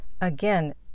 Again